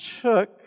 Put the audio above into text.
took